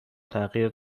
تغییر